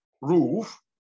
roof